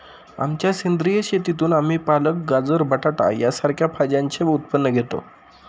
आमच्या सेंद्रिय शेतीतून आम्ही पालक, गाजर, बटाटा सारख्या भाज्यांचे उत्पन्न घेतो